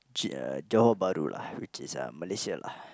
Johor-Bahru lah which is uh Malaysia lah